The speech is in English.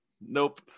Nope